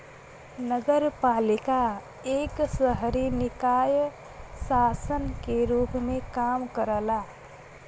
नगरपालिका एक शहरी निकाय शासन के रूप में काम करला